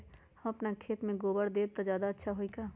हम अपना खेत में गोबर देब त ज्यादा अच्छा होई का?